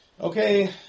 Okay